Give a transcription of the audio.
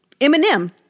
Eminem